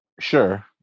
Sure